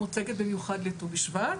המוצגת במיוחד לט"ו בשבט.